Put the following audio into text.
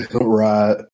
Right